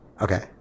okay